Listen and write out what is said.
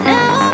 Now